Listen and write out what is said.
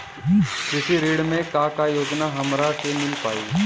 कृषि ऋण मे का का योजना हमरा के मिल पाई?